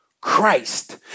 Christ